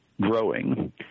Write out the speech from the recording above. growing –